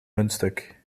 muntstuk